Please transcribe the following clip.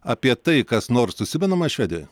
apie tai kas nors užsimenama švedijoj